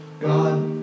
God